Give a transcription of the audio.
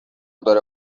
داره